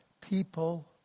people